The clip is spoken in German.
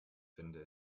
finde